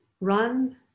run